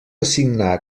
assignar